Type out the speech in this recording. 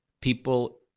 people